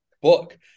book